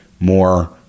more